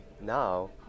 now